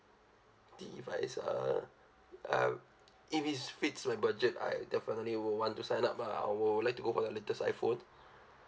device uh uh if it's fits my budget I definitely will want to sign up ah I would like to go for the latest iphone